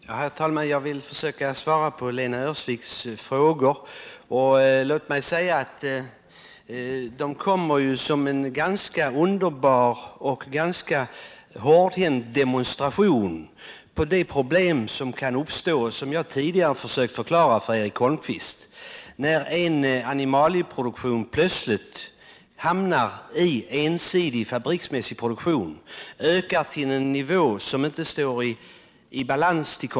Herr talman! Jag skall försöka svara på Lena Öhrsviks frågor. De kommer som en ganska underbar och samtidigt hårdhänt demonstration av de problem som kan uppstå och som jag tidigare har försökt förklara för Eric Holmqvist, när en animalieproduktion blir ensidigt fabriksmässig och ökar till en nivå som konsumtionen inte når upp till.